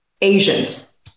Asians